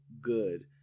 good